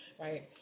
Right